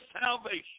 salvation